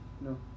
No